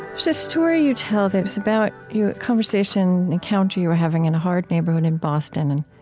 so story you tell that was about your conversation, encounter, you were having in a hard neighborhood in boston and